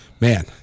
man